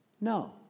No